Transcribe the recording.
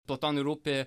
platonui rūpi